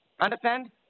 Understand